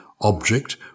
object